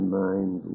mind